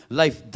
life